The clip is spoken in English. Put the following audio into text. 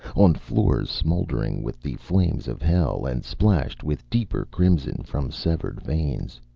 on floors smoldering with the flames of hell and splashed with deeper crimson from severed veins.